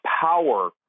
power